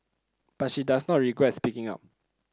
but she does not regret speaking up